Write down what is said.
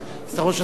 אז אתה ראש הסיעה.